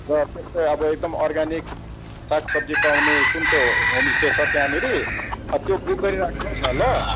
र त्यस्तै अब एकदम अर्ग्यानिक सागसब्जी पाउने कुन चाहिँ होमस्टे छ त्यहाँनेरि त्यो बुक गरि राख्नुहोस् न ल